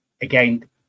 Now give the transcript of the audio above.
again